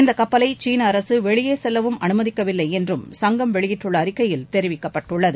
இந்தக் கப்பலை சீன அரசு வெளியே செல்லவும் அனுமதிக்கவில்லை என்று சங்கம் வெளியிட்டுள்ள அறிக்கையில் தெரிவிக்கப்பட்டது